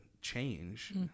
change